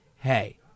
hey